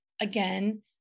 again